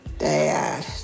Dad